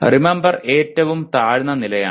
remember ഏറ്റവും താഴ്ന്ന നിലയാണ്